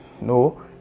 No